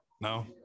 no